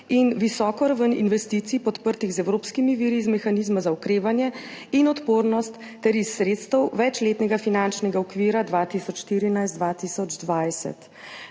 in visoko raven investicij, podprtih z evropskimi viri iz Mehanizma za okrevanje in odpornost ter iz sredstev večletnega finančnega okvira 2014–2020.